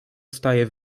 wstaje